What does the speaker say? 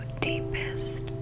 deepest